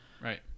Right